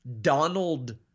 Donald